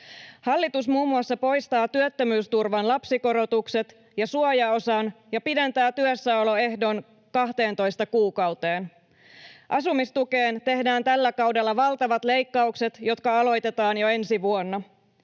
Hallitus muun muassa poistaa työttömyysturvan lapsikorotukset ja suojaosan ja pidentää työssäoloehdon 12 kuukauteen. Asumistukeen tehdään tällä kaudella valtavat leikkaukset, jotka aloitetaan jo ensi vuonna.